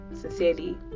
sincerely